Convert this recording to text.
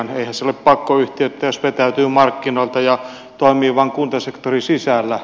eihän se ole pakko yhtiöittää jos vetäytyy markkinoilta ja toimii vain kuntasektorin sisällä